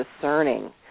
discerning